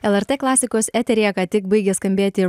lrt klasikos eteryje ką tik baigė skambėti